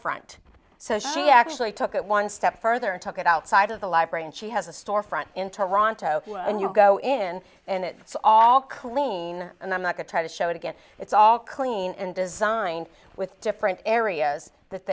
storefront so she actually took it one step further and took it outside of the library and she has a storefront in toronto and you go in and it's all clean and i'm not going to show it again it's all clean and designed with different areas that